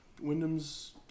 Wyndham's